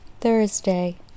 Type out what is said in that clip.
Thursday